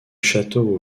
château